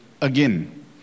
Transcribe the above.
again